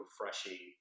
refreshing